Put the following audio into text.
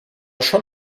schon